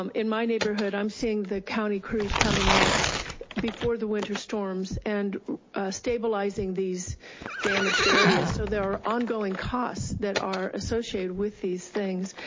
um in my neighborhood, i'm seeing the county crews coming out before the winter storms and stabilizing these damaged areas. so there are ongoing costs that are associated with these things,